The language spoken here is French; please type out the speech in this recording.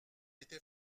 était